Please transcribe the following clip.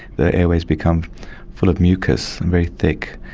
their airways become full of mucus, very thick,